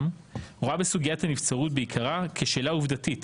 רואה בסוגיית הנבצרות בעיקרה כשאלה עובדתית